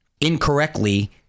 incorrectly